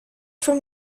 from